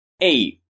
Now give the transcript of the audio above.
eight